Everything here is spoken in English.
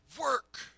work